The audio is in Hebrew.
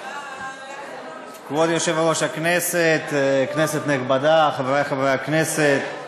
כבוד יושב-ראש הכנסת, כנסת נכבדה, חברי הכנסת,